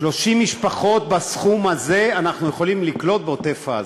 30 משפחות בסכום הזה אנחנו יכולים לקלוט בעוטף-עזה,